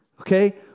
Okay